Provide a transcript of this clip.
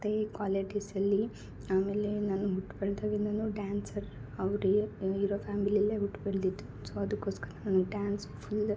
ಮತ್ತು college days ಅಲ್ಲಿ ಆಮೇಲೆ ನಾನು ಹುಟ್ಟಿ ಬೆಳ್ದಗಿಂದನು ಡ್ಯಾನ್ಸರ್ ಅವ್ರಿ ಇರೋ ಫ್ಯಾಮಿಲಿಯಲ್ಲೇ ಹುಟ್ಟಿ ಬೆಲ್ದಿದ್ದು ಸೋ ಅದಕ್ಕೋಸ್ಕರ ನಾನು ಡ್ಯಾನ್ಸ್ ಫುಲ್